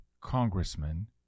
congressman